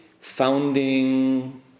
founding